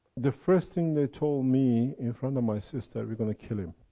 the first thing they told me, in front of my sister, we're going to kill him,